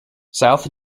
south